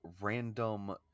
random